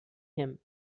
him